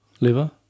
liver